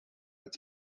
its